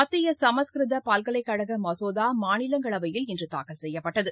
மத்திய சமஸ்கிருத பல்கலைக்கழக மசோதா மாநிலங்களவையில் இன்று தாக்கல் செய்யப்பட்டது